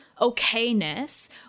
okayness